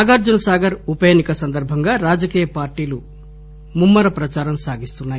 నాగార్టునసాగర్ ఉపఎన్ని క సందర్బంగా రాజకీయ పార్టీలు ముమ్మర ప్రచారం సాగిస్తున్నాయి